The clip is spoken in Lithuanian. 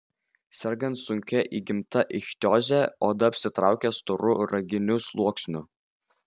sergant sunkia įgimta ichtioze oda apsitraukia storu raginiu sluoksniu